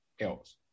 else